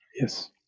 Yes